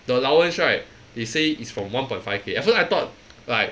the allowance right they say is from one point five K at first I thought like